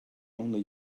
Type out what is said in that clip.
only